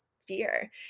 Fear